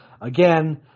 again